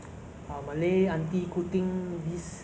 twenty sixteen because they are renovating